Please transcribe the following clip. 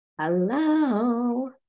Hello